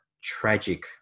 tragic